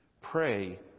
Pray